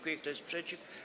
Kto jest przeciw?